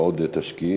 ועוד תשקיעי.